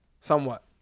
somewhat